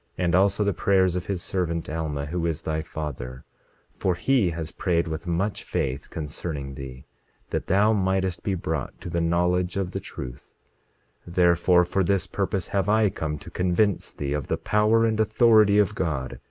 and also the prayers of his servant, alma, who is thy father for he has prayed with much faith concerning thee that thou mightest be brought to the knowledge of the truth therefore, for this purpose have i come to convince thee of the power and authority of god,